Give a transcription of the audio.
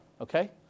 Okay